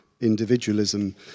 individualism